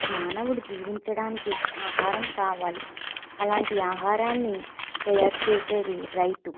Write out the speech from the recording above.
మానవుడు జీవించడానికి ఆహారం కావాలి అలాంటి ఆహారాన్ని తయారు చేసేది రైతు